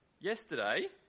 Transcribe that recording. Yesterday